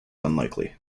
unlikely